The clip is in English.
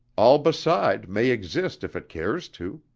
all beside may exist if it cares to.